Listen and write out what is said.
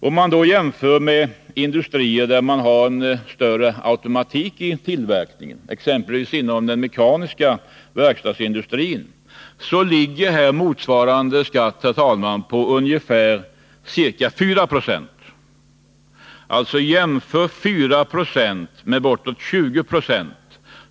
Om man jämför med industrier med större automatik i tillverkningen, exempelvis den mekaniska verkstadsindustrin, finner man, herr talman, att motsvarande skatt där är ca 4 926. Jämför alltså 4 26 med bortåt 20 96!